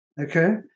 Okay